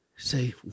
say